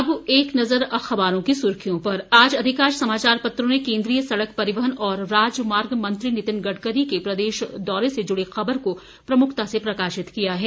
अब एक नज़र अखबारों की सुर्खियों पर आज अधिकांश समाचार पत्रों ने केंद्रीय सड़क परिवहन और राजमार्ग मंत्री नितिन गडकरी के प्रदेश दौरे से जुड़ी खबर को प्रमुखता से प्रकाशित किया है